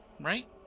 right